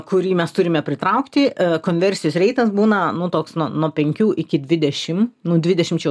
kurį mes turime pritraukti konversijos reitas būna nu toks nu nuo penkių iki dvidešim nu dvidešim čia jau